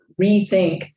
rethink